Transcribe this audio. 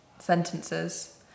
sentences